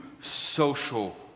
social